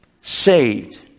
saved